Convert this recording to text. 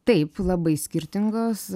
taip labai skirtingos